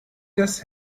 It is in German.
das